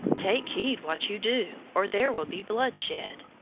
take heed what you do, or there will be bloodshed!